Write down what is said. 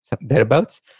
thereabouts